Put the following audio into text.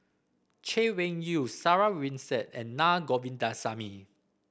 Chay Weng Yew Sarah Winstedt and Naa Govindasamy